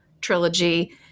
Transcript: trilogy